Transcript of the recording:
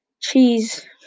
cheese